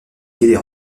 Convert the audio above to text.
des